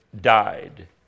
died